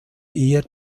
eher